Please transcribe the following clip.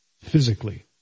physically